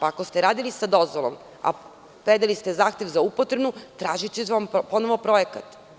Ako ste radili sa dozvolom, a predali ste zahtev za upotrebnu, tražiće vam ponovo projekat.